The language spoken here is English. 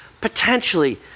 potentially